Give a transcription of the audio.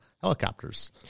helicopters